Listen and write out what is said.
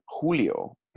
Julio